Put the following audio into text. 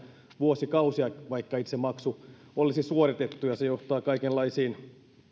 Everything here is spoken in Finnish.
vuosikausia vaikka itse maksu olisi suoritettu ja se johtaa kaikenlaisiin